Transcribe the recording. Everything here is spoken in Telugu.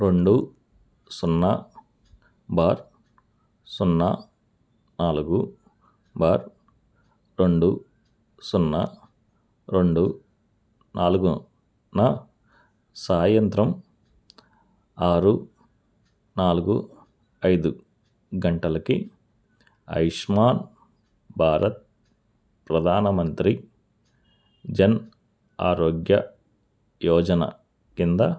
రెండు సున్నా బార్ సున్నా నాలుగు బార్ సున్నా రెండు నాలుగున సాయంత్రం ఆరు నాలుగు ఐదు గంటలకి ఆయుష్మాన్ భారత్ ప్రధాన మంత్రి జన్ ఆరోగ్య యోజన క్రింద